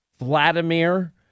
Vladimir